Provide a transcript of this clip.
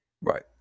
Right